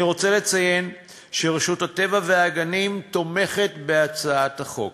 אני רוצה לציין שרשות הטבע והגנים תומכת בהצעת החוק,